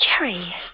Jerry